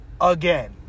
again